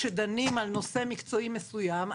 כשדנים על נושא מקצועי מסוים,